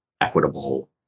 equitable